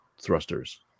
thrusters